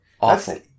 Awful